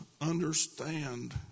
understand